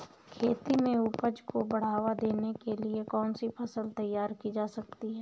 खेती में उपज को बढ़ावा देने के लिए कौन सी फसल तैयार की जा सकती है?